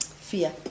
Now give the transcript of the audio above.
fear